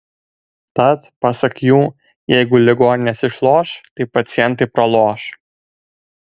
tad pasak jų jeigu ligoninės išloš tai pacientai praloš